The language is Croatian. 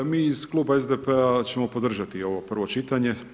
Mi iz kluba SDP-a ćemo podržati ovo prvo čitanje.